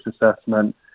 assessment